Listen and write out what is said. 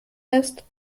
ist